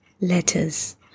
letters